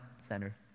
center